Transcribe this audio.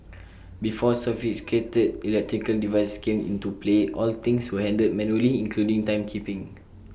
before sophisticated electrical devices came into play all things were handled manually including timekeeping